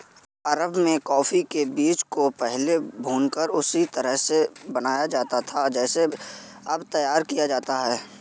अरब में कॉफी के बीजों को पहले भूनकर उसी तरह से बनाया जाता था जैसे अब तैयार किया जाता है